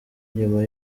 nyuma